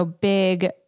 big